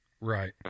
Right